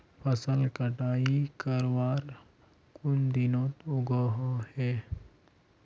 फसल कटाई करवार कुन दिनोत उगैहे?